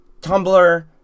Tumblr